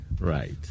Right